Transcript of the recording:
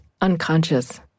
unconscious